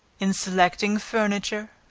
in selecting furniture,